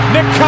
Nick